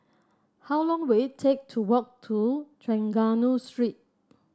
how long will it take to walk to Trengganu Street